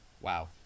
Wow